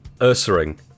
Ursaring